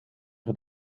het